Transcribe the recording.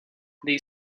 they